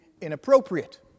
inappropriate